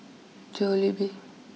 Jollibee